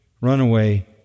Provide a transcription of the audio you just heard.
runaway